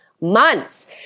months